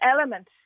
element